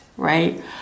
right